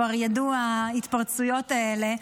כבר ידוע ההתפרצויות האלה,